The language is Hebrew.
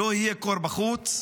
לא יהיה קור בחוץ?